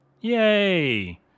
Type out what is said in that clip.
Yay